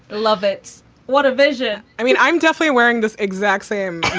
love. it's what a vision i mean, i'm definitely wearing this exact same.